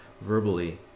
verbally